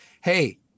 hey